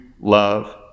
love